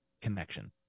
connection